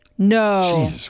no